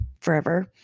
forever